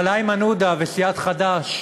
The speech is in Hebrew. אבל איימן עודה וסיעת חד"ש